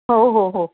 हो हो हो